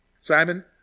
Simon